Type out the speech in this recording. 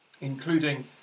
including